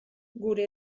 gure